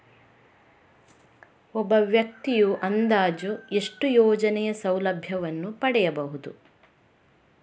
ಒಬ್ಬ ವ್ಯಕ್ತಿಯು ಅಂದಾಜು ಎಷ್ಟು ಯೋಜನೆಯ ಸೌಲಭ್ಯವನ್ನು ಪಡೆಯಬಹುದು?